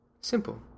Simple